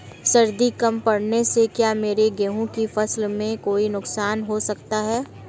सर्दी कम पड़ने से क्या मेरे गेहूँ की फसल में कोई नुकसान हो सकता है?